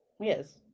Yes